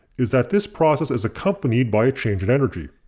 is that this process is accompanied by a change in energy.